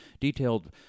detailed